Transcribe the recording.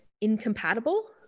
incompatible